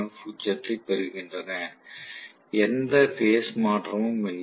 F உச்சத்தை பெறுகின்றன எந்த பேஸ் மாற்றமும் இல்லை